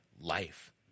life